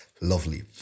Lovely